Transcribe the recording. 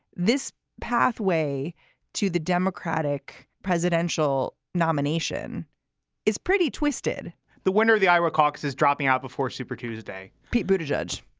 this pathway to the democratic presidential nomination is pretty twisted the winner of the iowa caucuses dropping out before super tuesday. pete bhuta judge.